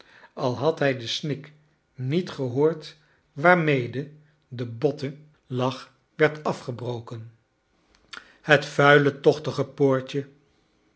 al had hij den snik niet gehoord waarmede de botte kleine dokrit lach werd afgebroken het vuile tochtige poortje